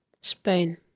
Spain